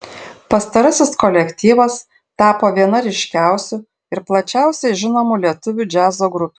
pastarasis kolektyvas tapo viena ryškiausių ir plačiausiai žinomų lietuvių džiazo grupių